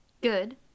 Good